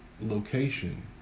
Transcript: location